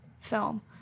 film